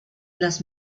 las